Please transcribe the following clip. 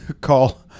Call